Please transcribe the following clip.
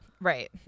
Right